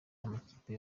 y’amakipe